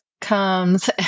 comes